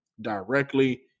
directly